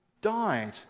died